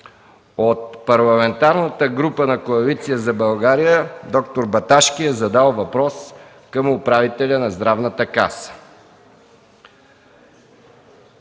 от Парламентарната група на Коалиция за България д-р Баташки е задал въпрос към управителя на Здравната каса.